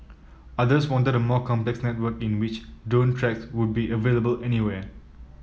others wanted a more complex network in which drone tracks would be available anywhere